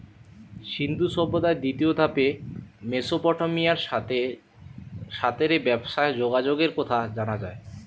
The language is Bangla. সিন্ধু সভ্যতার দ্বিতীয় ধাপে মেসোপটেমিয়ার সাথ রে ব্যবসার যোগাযোগের কথা জানা যায়